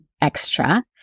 extra